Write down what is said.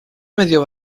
medio